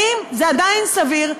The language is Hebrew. האם זה עדיין סביר,